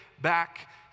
back